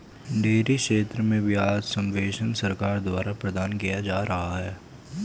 dairy क्षेत्र में ब्याज सब्वेंशन सरकार द्वारा प्रदान किया जा रहा है